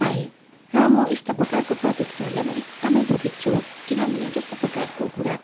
पाएँ र म यस्तो प्रकारको प्रतिक्रियाले म एकदमै दुखित छु किनभने जस्तो प्रकारको कुरा